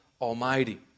Almighty